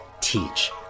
teach